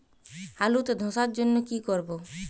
আলুতে ধসার জন্য কি করব?